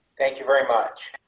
thank you very much.